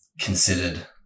considered